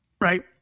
right